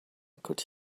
could